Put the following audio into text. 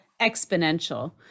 exponential